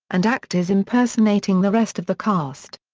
and actors impersonating the rest of the cast.